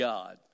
God